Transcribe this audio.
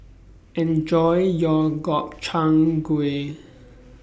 Enjoy your Gobchang Gui